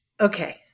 Okay